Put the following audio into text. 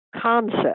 concept